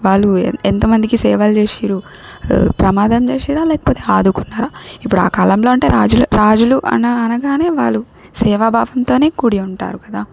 వాళ్ళు ఎంత మందికి సేవలు చేషిర్రు ప్రమాదం చేషిర్రా లేకపోతే ఆదుకున్నారా ఇప్పుడా కాలంలో అంటే రాజులు రాజులు అన అనగానే వాళ్ళు సేవాభావంతోనే కూడి ఉంటారు కదా